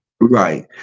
Right